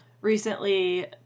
recently